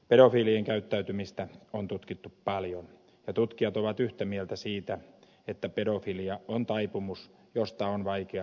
pedofiilien käyttäytymistä on tutkittu paljon ja tutkijat ovat yhtä mieltä siitä että pedofilia on taipumus josta on vaikea päästä eroon